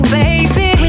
baby